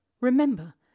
remember